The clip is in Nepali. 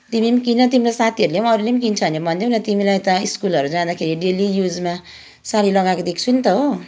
तिमी पनि किन तिम्रो साथीहरूले पनि अरूले पनि किन्छ भने भनिदेऊ न तिमीलाई त स्कुलहरू जाँदाखेरि डेली युजमा साडी लगाएको देख्छु नि त हो